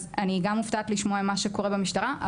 אז אני גם מופתעת לשמוע ממה שקורה במשטרה.